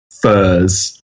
furs